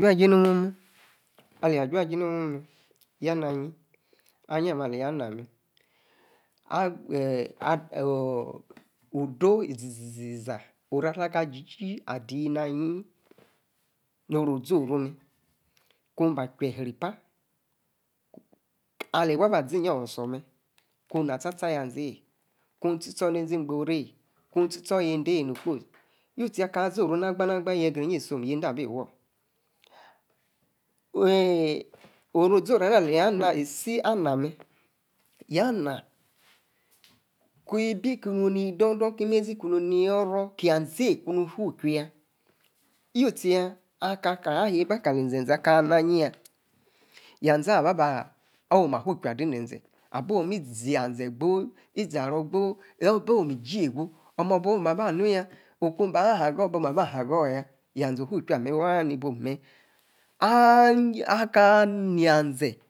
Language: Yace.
Jajie nomu-mu alia, aja-ji, mer yaa nah-ayin, ayin, ama aleyi ana mer udor, eze-zi za, oro, ala-ga ajiji adi nayi, no-oru, ozo-oru mer, ku ba che, ripa, alie, mbua, ba, azi eyie osor-sor mer, ku, na-sta-sta, nia-zee-eeh ku, etie-stor, ne-zi-igboru wey, ku tie stor, yedey no-okpoyi, youu, tie yaa, aka zoru na-gba, na-gba, yegre-epa inyi-isom ende-abi wor, eeh, oru, ozo-ru ama, neyi ama isi, amah mer ya nah, ki-bi kuni, ni-do-dor ki mezi ni-yo oru, kia-azea kuru fu-churi, yui tie ya, aka- ka yeba kali zezee aka-amah ayie-yaa, yaza, oh ma, awu-chui adi ze-zee, abo mi, zia zee, gbo, abo mi, jie-yegu, oh mah ba amu-yah, ku ba haa gor, bo ma-ba haya, haa-ze, ofu-chui amer, ali bu mer Ah ka amai-zee,